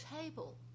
table